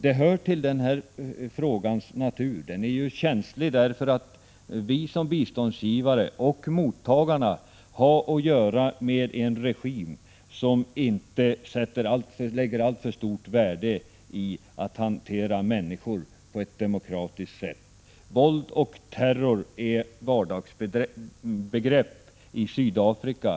Den här frågan är ju känslig därför att vi biståndsgivare och mottagarna har att göra med en regim som inte sätter alltför stort värde på att hantera människor på ett demokratiskt sätt. Våld och terror är vardagsbegrepp i Sydafrika.